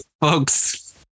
folks